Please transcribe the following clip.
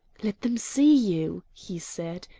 let them see you, he said,